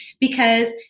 because-